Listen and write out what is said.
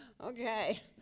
Okay